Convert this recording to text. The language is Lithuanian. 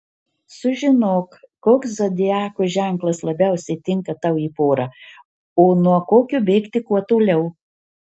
sužinok koks zodiako ženklas labiausiai tinka tau į porą o nuo kokio bėgti kuo toliau